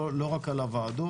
לא רק על הוועדות.